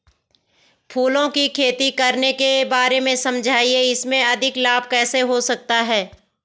फूलों की खेती करने के बारे में समझाइये इसमें अधिक लाभ कैसे हो सकता है?